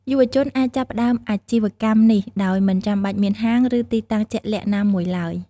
យុវជនអាចចាប់ផ្តើមអាជីវកម្មនេះដោយមិនចាំបាច់មានហាង ឬទីតាំងជាក់លាក់ណាមួយឡើយ។